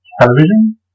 television